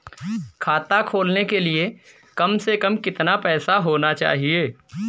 खाता खोलने के लिए कम से कम कितना पैसा होना चाहिए?